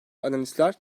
analistler